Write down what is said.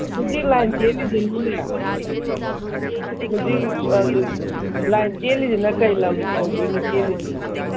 ꯍꯧꯖꯤꯛ ꯂꯥꯏꯟ ꯆꯦꯜꯂꯤꯁꯤꯅꯅꯦ ꯍꯧꯖꯤꯛ ꯂꯥꯏꯟ ꯆꯦꯜꯂꯤꯁꯤꯅ ꯂꯩ ꯂꯝ ꯑꯣꯏꯗꯣꯏꯅꯣ ꯆꯦꯜꯂꯤꯁꯤꯅ